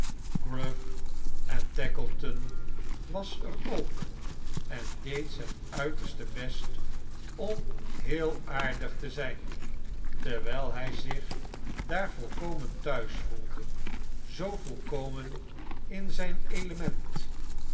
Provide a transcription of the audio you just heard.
en tackleton was er ook en deed zijn uiterste best om heel aardig te zijn terwijl hij zich daar volkomen thuis voelde zoo volkomeai in zgn element